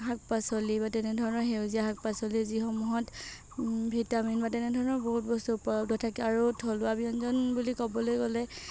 শাক পাচলি বা তেনেধৰণৰ সেউজীয়া শাক পাচলি যি সমূহত ভিটামিন বা তেনেধৰণৰ বহুত বস্তু উপলব্ধ থাকে আৰু থলুৱা ব্যঞ্জন বুলি ক'বলৈ গ'লে